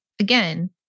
again